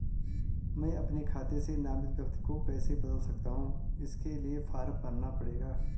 मैं अपने खाते से नामित व्यक्ति को कैसे बदल सकता हूँ इसके लिए फॉर्म भरना पड़ेगा?